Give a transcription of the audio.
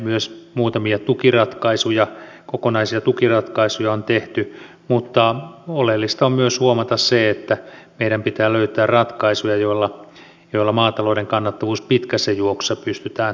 myös muutamia tukiratkaisuja kokonaisia tukiratkaisuja on tehty mutta oleellista on myös huomata se että meidän pitää löytää ratkaisuja joilla maatalouden kannattavuus pitkässä juoksussa pystytään turvaamaan